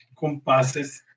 Compases